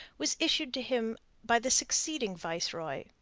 was issued to him by the succeeding viceroy,